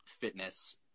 fitness